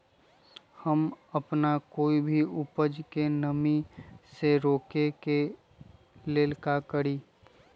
हम अपना कोई भी उपज के नमी से रोके के ले का करी?